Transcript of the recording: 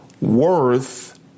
worth